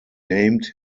named